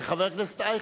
חבר הכנסת אייכלר,